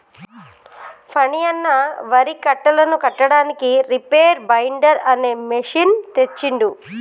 ఫణి అన్న వరి కట్టలను కట్టడానికి రీపేర్ బైండర్ అనే మెషిన్ తెచ్చిండు